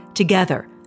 Together